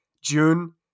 June